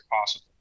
possible